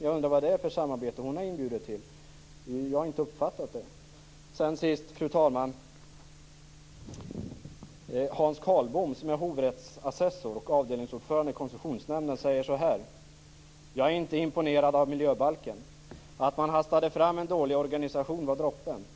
Jag undrar vad det är för samarbete som hon har inbjudit till. Jag har inte uppfattat det. Fru talman! Hans Karlbom, som är hovrättsassessor och avdelningsordförande i Koncessionsnämnden säger: "Jag är inte imponerad av miljöbalken. Att man hastade fram en dålig organisation var droppen.